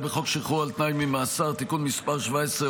בחוק שחרור על תנאי ממאסר (תיקון מס' 17,